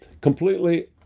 completely